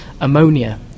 ammonia